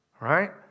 Right